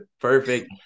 Perfect